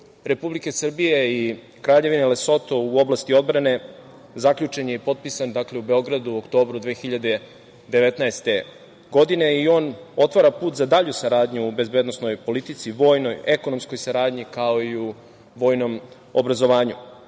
Republike Srbije i Kraljevine Lesoto u oblasti odbrane zaključen je i potpisan u Beogradu, u oktobru 2019. godine i on otvara put za dalju saradnju u bezbednosnoj politici, vojnoj, ekonomskoj saradnji, kao i u vojnom obrazovanju. Iako